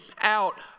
out